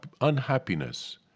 unhappiness